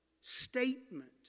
statement